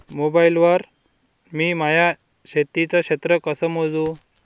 Mobile वर मी माया शेतीचं क्षेत्र कस मोजू?